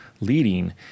leading